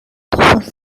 trois